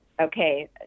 okay